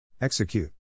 Execute